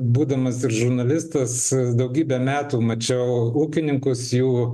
būdamas ir žurnalistas daugybę metų mačiau ūkininkus jų